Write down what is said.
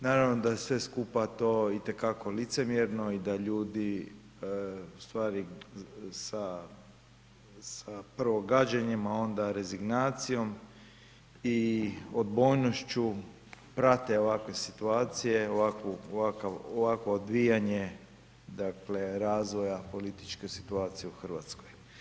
Naravno, da je sve skupa to itekako licemjerno i da ljudi ustvari sa prvo gađenjem a onda rezignacijom i odbojnošću prate ovakve situacije, ovakvo odvijanje dakle, razvoja političkih situacija u Hrvatskoj.